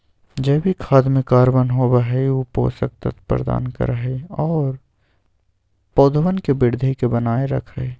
जैविक खाद में कार्बन होबा हई ऊ पोषक तत्व प्रदान करा हई और पौधवन के वृद्धि के बनाए रखा हई